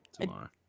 tomorrow